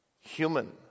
human